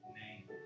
name